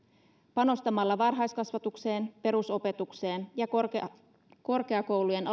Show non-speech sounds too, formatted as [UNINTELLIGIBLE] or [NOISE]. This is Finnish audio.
panostamalla varhaiskasvatukseen perusopetukseen ja korkeakoulujen [UNINTELLIGIBLE]